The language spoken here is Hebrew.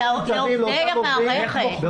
לעובדי המערכת.